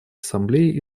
ассамблеей